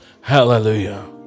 Hallelujah